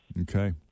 Okay